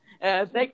thank